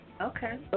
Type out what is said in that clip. Okay